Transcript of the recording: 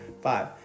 five